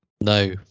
no